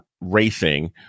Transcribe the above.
racing